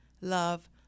love